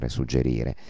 suggerire